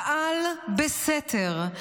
פעל בסתר,